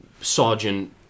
sergeant